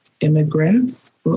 immigrants